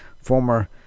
former